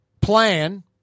plan